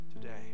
today